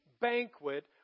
banquet